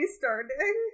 starting